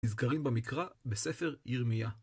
נזכרים במקרא בספר ירמיה.